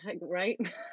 right